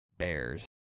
Bears